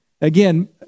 Again